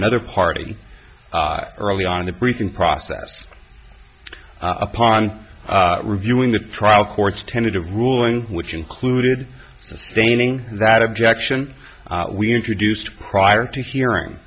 another party early on in the briefing process upon reviewing the trial court's tentative ruling which included sustaining that objection we introduced prior to hearing